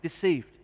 deceived